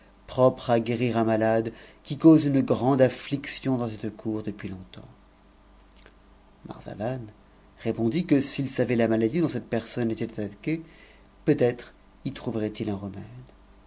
propre a e rj un malade qui cause une grande affliction dans cette cour depuis touf temps marzavan répondit que s'il savait la maladie dont cette hersons était attaquée peut-être y trouverait-il un retuëde